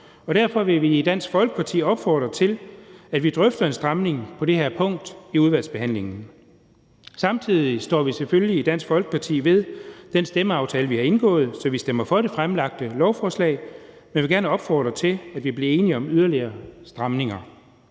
derfor vil vi i Dansk Folkeparti opfordre til, at vi drøfter en stramning på det her punkt i udvalgsbehandlingen. Samtidig står vi selvfølgelig i Dansk Folkeparti ved den stemmeaftale, vi har indgået, så vi stemmer for det fremsatte lovforslag, men vi vil gerne opfordre til, at vi bliver enige om yderligere stramninger,